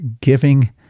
giving